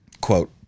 Quote